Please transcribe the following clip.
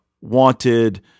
wanted